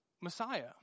Messiah